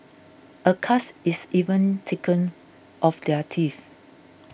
a cast is even taken of their teeth